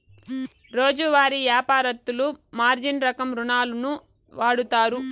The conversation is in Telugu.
రోజువారీ యాపారత్తులు మార్జిన్ రకం రుణాలును వాడుతారు